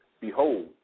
Behold